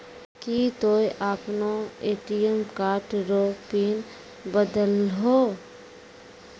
की तोय आपनो ATM card रो पिन बदलहो